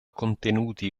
contenuti